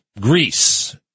Greece